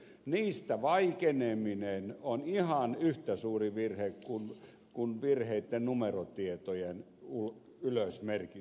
niistä vaikeneminen on ihan yhtä suuri virhe kuin virheellisten numerotietojen ylös merkitseminen